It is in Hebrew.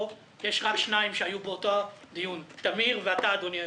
פה יש רק שניים שהיו באותו דיון: טמיר כהן ואתה אדוני היושב-ראש.